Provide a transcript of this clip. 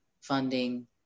funding